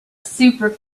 super